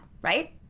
right